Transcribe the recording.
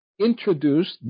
introduced